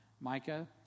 Micah